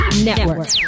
network